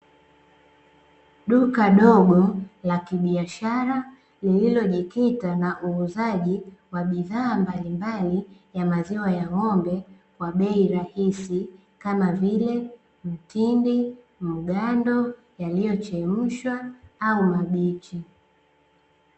Duka dogo la kibiashara lililojikita na uuzaji wa bidhaa mbalimbali ya maziwa ya ng’ombe kwa bei rahisi kama vile: mtindi, mgando, yaliyochemshwa au mabichi.